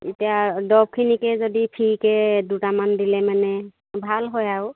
এতিয়া দৰবখিনিকে যদি ফ্ৰীকে দুটামান দিলে মানে ভাল হয় আৰু